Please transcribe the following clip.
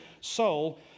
soul